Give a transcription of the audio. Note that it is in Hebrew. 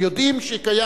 בכנסת יודעים שקיים.